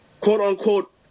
quote-unquote